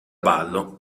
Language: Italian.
ballo